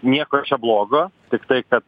nieko čia blogo tiktai kad